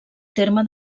terme